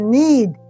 need